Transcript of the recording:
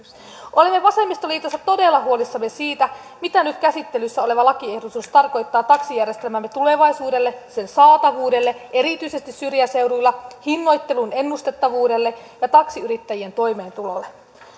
olemme vasemmistoliitossa todella huolissamme siitä mitä nyt käsittelyssä oleva lakiehdotus tarkoittaa taksijärjestelmämme tulevaisuudelle sen saatavuudelle erityisesti syrjäseuduilla hinnoittelun ennustettavuudelle ja taksiyrittäjien toimeentulolle